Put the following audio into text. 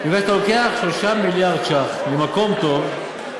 מפני שאתה לוקח 3 מיליארד ש"ח ממקום טוב,